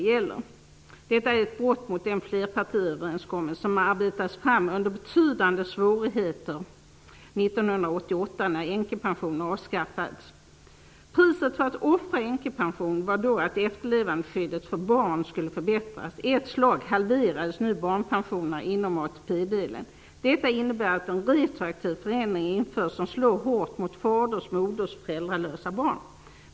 Detta är ett brott mot den flerpartiöverenskommelse som arbetades fram under betydande svårigheter 1988, då änkepensionen avskaffades. Priset för att offra änkepensionen var då att efterlevandeskyddet för barn skulle förbättras. I ett slag halverades barnpensionerna inom ATP-delen. Detta innebär att en förändring införs retroaktivt som slår hårt mot faders-, moders respektive föräldralösa barn.